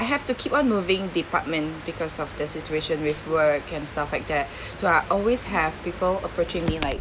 I have to keep on moving department because of the situation with work and stuff like that so I always have people approaching me like